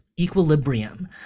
equilibrium